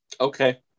okay